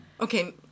okay